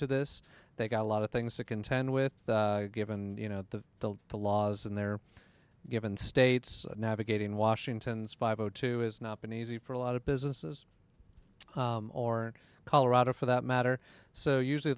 to this they've got a lot of things to contend with given you know the the laws and they're given states navigating washington's five o two is not been easy for a lot of businesses or colorado for that matter so usually